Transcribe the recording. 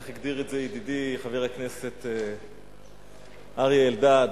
איך הגדיר את זה ידידי חבר הכנסת אריה אלדד?